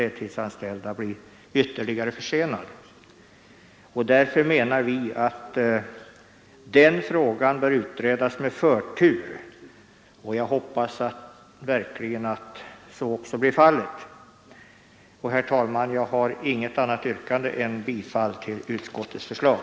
Därför menar vi att frågan om semester för de korttidsoch deltidsanställda bör utredas med förtur. Jag hoppas verkligen att så också blir fallet. Herr talman! Jag har inget annat yrkande än bifall till utskottets förslag.